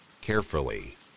Carefully